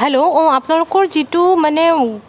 hello আপোনালোকৰ অঁ যিটো মানে